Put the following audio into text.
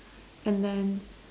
and then